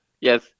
Yes